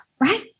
right